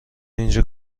اینجا